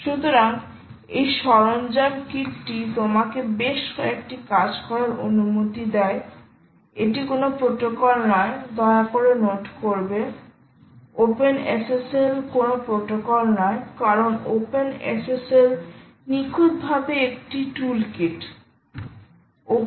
সুতরাং এই সরঞ্জাম কিটটি তোমাকে বেশ কয়েকটি কাজ করার অনুমতি দেয় এটি কোনও প্রোটোকল নয় দয়া করে নোট করবে OpenSSL কোনও প্রোটোকল নয় কারণ OpenSSL নিখুঁতভাবে একটি টুলকিট